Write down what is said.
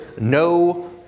no